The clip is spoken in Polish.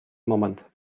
moment